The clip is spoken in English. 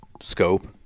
scope